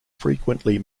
frequently